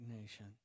nation